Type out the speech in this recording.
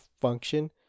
function